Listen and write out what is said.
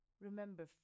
Remember